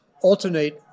alternate